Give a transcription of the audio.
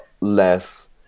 less